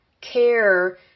care